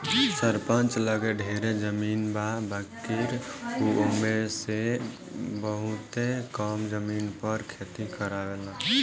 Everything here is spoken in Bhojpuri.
सरपंच लगे ढेरे जमीन बा बाकिर उ ओमे में से बहुते कम जमीन पर खेती करावेलन